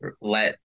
let